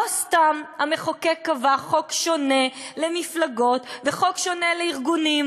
לא סתם המחוקק קבע חוק שונה למפלגות וחוק שונה לארגונים.